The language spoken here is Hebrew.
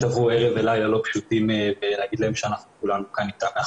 שעברו ערב ולילה לא פשוטים ואנחנו רוצים לומר להם שכולנו כאן אתם.